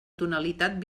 tonalitat